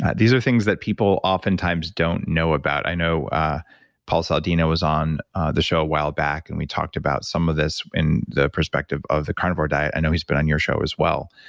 these are things that people oftentimes don't know about. i know paul saladino was on the show a while back and we talked about some of this in the perspective of the carnivore diet. i know he's been on your show as well.